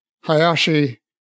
Hayashi